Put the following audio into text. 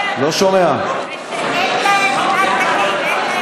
ואין להן שום מינהל תקין.